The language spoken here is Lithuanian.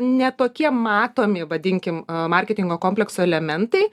ne tokie matomi vadinkim marketingo komplekso elementai